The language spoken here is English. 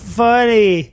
funny